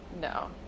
No